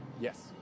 Yes